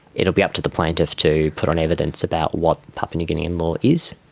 it will be up to the plaintiff to put on evidence about what papua new guinean law is,